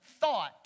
thought